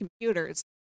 computers